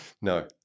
No